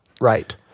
right